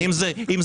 אם זה אפשרי.